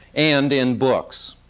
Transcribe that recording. and in books.